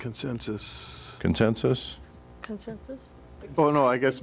consensus consent oh no i guess